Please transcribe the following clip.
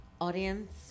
audience